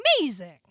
amazing